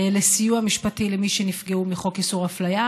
לסיוע משפטי למי שנפגעו מחוק איסור אפליה,